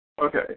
Okay